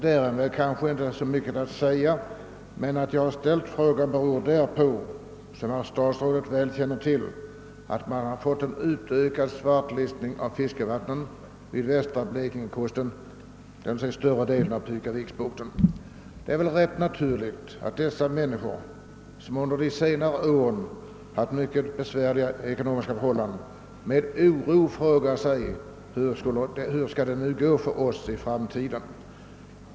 Därom är kanske inte så mycket att säga, men att jag har ställt frågan beror, som statsrådet väl känner till, på att man har fått en utökad svartlistning av fiskevatten vid västra Blekingekusten, nämligen större delen av Pukaviksbukten. Det är rätt naturligt om de fiskare som bor där och som under senare år haft mycket besvärliga ekonomiska förhållanden méd oro frågar sig hur det skall gå för dem i fråmtiden.